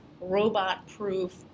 robot-proof